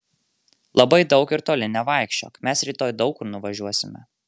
labai daug ir toli nevaikščiok mes rytoj daug kur nuvažiuosime